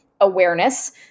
awareness